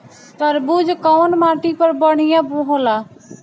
तरबूज कउन माटी पर बढ़ीया होला?